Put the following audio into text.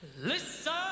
Listen